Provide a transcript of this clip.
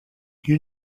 you